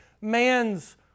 man's